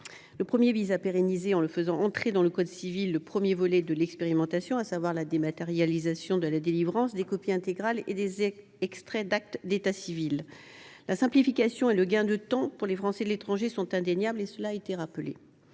Le premier consiste à pérenniser, en l’insérant dans le code civil, le premier volet de l’expérimentation, à savoir la dématérialisation de la délivrance des copies intégrales et des extraits d’actes d’état civil. La simplification et le gain de temps pour les Français de l’étranger sont indéniables. Certains de